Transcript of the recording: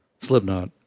Slipknot